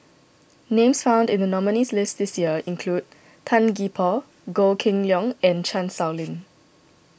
names found in the nominees' list this year include Tan Gee Paw Goh Kheng Long and Chan Sow Lin